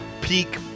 peak